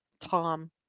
Tom